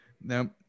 Now